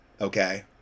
okay